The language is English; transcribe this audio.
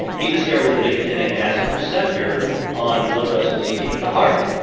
he discovered the nicotinic acid receptor on blood vessels feeding the heart.